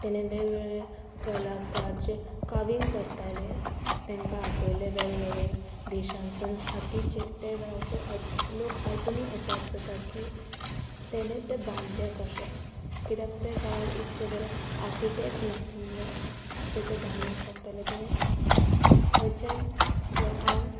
तेणें वेगवेगळे कलाकार जे कावींग करताले तेंकां आपयले वेगवेगळे देशांसून हातीचे ते वेळाचेर हतीचे लोक आजूनी अजाप जाता की तेणे ते बांदलें कशें कित्याक ते काळार इतके बरे आर्किटेक्ट नासले जे ते बांदूंक शकताले तेणे खंयच्यान लोकांक